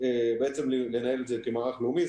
בעצם לנהל את זה כמערך לאומי.